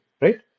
right